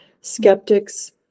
skeptics